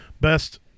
best